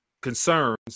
concerns